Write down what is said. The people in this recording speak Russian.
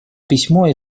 письмо